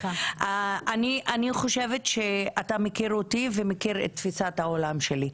אני חושבת שאתה מכיר אותי ומכיר את תפיסת העולם שלי.